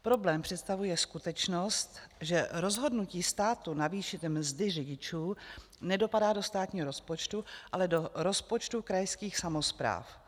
Problém představuje skutečnost, že rozhodnutí státu navýšit mzdy řidičů nedopadá do státního rozpočtu, ale do rozpočtů krajských samospráv.